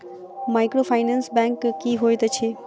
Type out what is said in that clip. Microfinance bank की होइत अछि?